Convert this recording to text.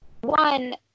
One